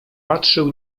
patrzył